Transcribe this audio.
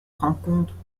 rencontres